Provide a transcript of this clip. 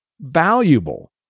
valuable